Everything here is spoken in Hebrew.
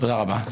תודה רבה.